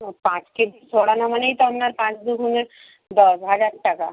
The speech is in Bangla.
ও পাঁচ কেজি ছড়ানো মানেই তো আপনার পাঁচ দুগুণে দশ হাজার টাকা